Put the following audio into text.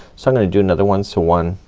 so i'm gonna do another one. so one,